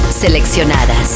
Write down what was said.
Seleccionadas